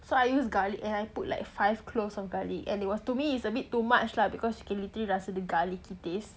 so I use garlic and I put like five cloves of garlic and it was to me it's a bit too much lah because you can literally rasa the garlicky taste